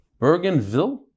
Bergenville